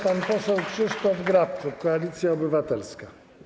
Pan poseł Krzysztof Grabczuk, Koalicja Obywatelska.